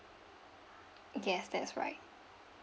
yes that's right